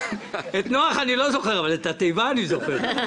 את נח אני לא זוכר, אבל את התיבה אני זוכר.